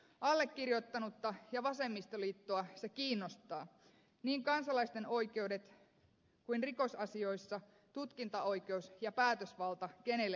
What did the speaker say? allekirjoittanutta ja vasemmistoliittoa se kiinnostaa niin kansalaisten oikeudet kuin rikosasioissa tutkintaoikeus ja päätösvalta kenelle se kuuluu